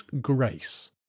grace